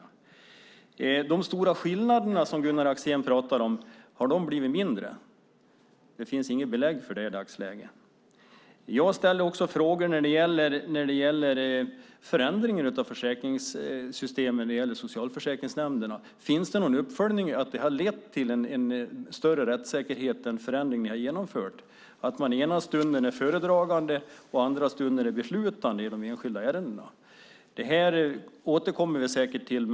Har de stora skillnaderna som Gunnar Axén pratar om blivit mindre? Det finns inget belägg för det i dagsläget. Jag ställde också frågor om förändringen av försäkringssystemen när det gäller socialförsäkringsnämnderna. Finns det någon uppföljning som visar att den förändring som ni har genomfört, att man den ena stunden är föredragande och den andra stunden beslutande i de enskilda ärendena, har lett till en större rättssäkerhet? Det här återkommer vi säkert till.